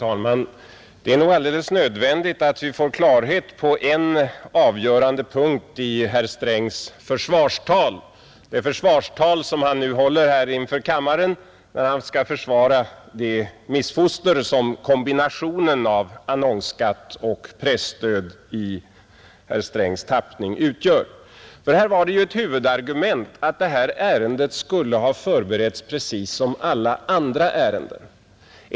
Herr talman! Det är nog alldeles nödvändigt att vi får klarhet på en avgörande punkt i herr Strängs försvarstal — det försvarstal som han nu håller inför kammaren för det missfoster som kombinationen av annonsskatt och presstöd i herr Strängs tappning utgör. Ett huvudargument var det att detta ärende skulle ha förberetts precis som alla andra ärenden.